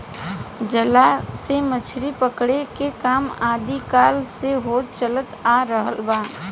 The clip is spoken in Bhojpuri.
जाल से मछरी पकड़े के काम आदि काल से होत चलत आ रहल बा